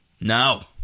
No